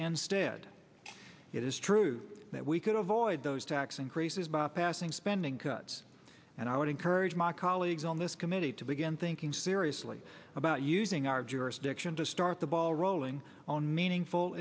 instead it is true that we could avoid those tax increases by passing spending cuts and i would encourage my colleagues on this committee to begin thinking seriously about using our jurisdiction to start the ball rolling on meaningful